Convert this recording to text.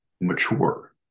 mature